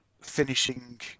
finishing